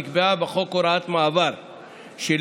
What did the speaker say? נקבעה בחוק הוראת מעבר שלפיה